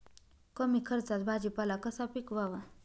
कमी खर्चात भाजीपाला कसा पिकवावा?